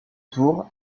tour